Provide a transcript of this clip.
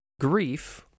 grief